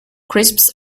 crisps